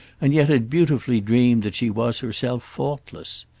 and yet had beautifully dreamed that she was herself faultless.